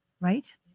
right